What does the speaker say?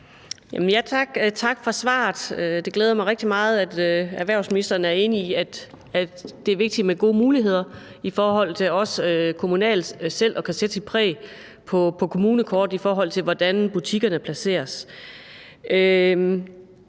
Tak for svaret. Det glæder mig rigtig meget, at erhvervsministeren er enig i, at det er vigtigt med gode muligheder for, at man også kommunalt selv kan sætte sit præg på kommunekortet, i forhold til hvordan butikkerne placeres.